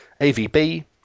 AVB